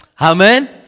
Amen